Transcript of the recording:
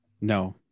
No